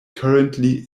currently